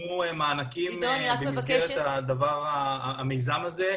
יינתנו מענקים במסגרת המיזם הזה,